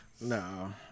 no